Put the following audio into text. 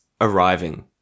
arriving